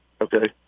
Okay